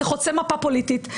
זה חוצה מפה פוליטית,